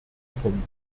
vom